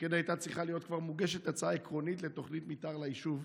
וכן הייתה צריכה להיות כבר מוגשת הצעה עקרונית לתוכנית מתאר ליישוב,